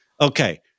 okay